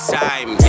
time